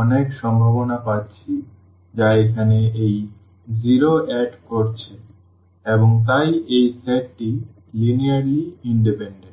অনেক সম্ভাবনা পাচ্ছি যা এখানে এই শূন্য যোগ করছে এবং তাই এই সেটটি লিনিয়ারলি ইন্ডিপেন্ডেন্ট